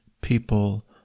people